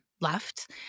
left